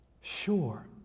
Sure